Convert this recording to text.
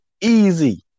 easy